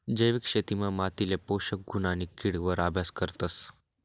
जैविक शेतीमा मातीले पोषक गुण आणि किड वर अभ्यास करतस